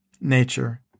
nature